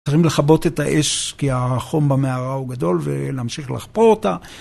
צריך לכבות את האש כי החום במערה הוא גדול ולהמשיך לחפור אותה.